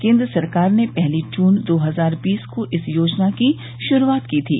केन्द्र सरकार ने पहली जून दो हजार बीस को इस योजना की शुरूआत की थी